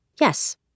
yes